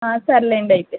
సరేలెండి అయితే